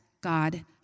God